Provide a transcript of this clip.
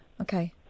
Okay